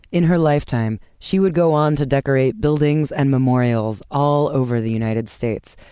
in her lifetime, she would go on to decorate buildings and memorials all over the united states.